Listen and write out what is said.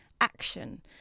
action